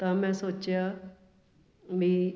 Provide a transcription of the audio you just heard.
ਤਾਂ ਮੈਂ ਸੋਚਿਆ ਵੀ